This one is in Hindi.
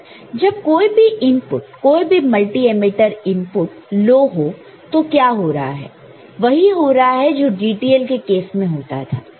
जब कोई भी इनपुट कोई भी मल्टीमीटर इनपुट लो है तो क्या हो रहा है वही हो रहा है जो DTL के केस में होता था